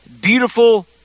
beautiful